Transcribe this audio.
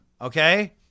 okay